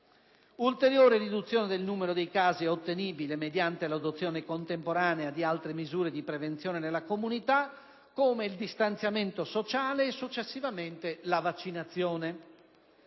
Ulteriore riduzione del numero dei casi è ottenibile mediante l'adozione contemporanea di altre misure di prevenzione nella comunità come il distanziamento sociale e, successivamente, la vaccinazione.